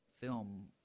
film